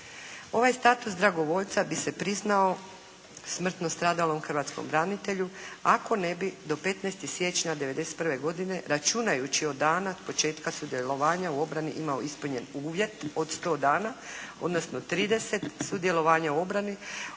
Ovaj status dragovoljca bi se priznao smrtno stradalom hrvatskom branitelju ako ne bi do 15. siječnja 91. godine računajući od dana početka sudjelovanja u obrani imao ispunjen uvjet od 100 dana odnosno 30 sudjelovanja u obrani